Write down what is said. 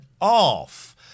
off